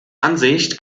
ansicht